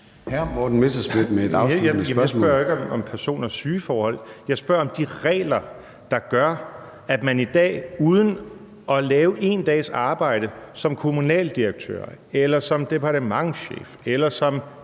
jeg spørger ikke om personers sygeforhold. Jeg spørger om de regler, der gør, at man i dag uden at lave én dags arbejde som kommunaldirektør eller som departementschef eller som